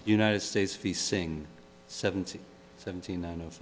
united states facing seventy seventy nine of